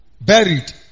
Buried